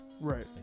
Right